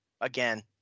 Again